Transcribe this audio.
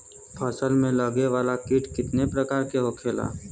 फसल में लगे वाला कीट कितने प्रकार के होखेला?